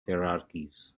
hierarchies